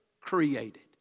created